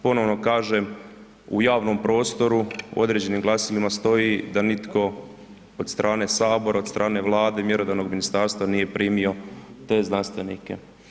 Ponovo kažem u javnom prostoru, u određenim glasilima stoji da nitko od strane sabora, od strane Vlade, mjerodavnog ministarstva nije primio te znanstvenike.